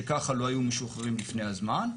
שכך לא היו משוחררים לפני הזמן.